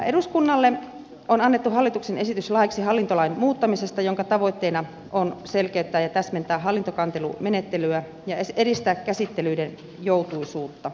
eduskunnalle on annettu hallituksen esitys laiksi hallintolain muuttamisesta jonka tavoitteena on selkeyttää ja täsmentää hallintokantelumenettelyä ja edistää käsittelyiden joutuisuutta